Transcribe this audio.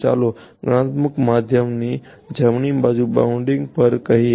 ચાલો ગણનાત્મકના માધ્યમની જમણી બાજુની બાઉન્ડ્રી પર કહીએ